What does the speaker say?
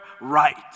right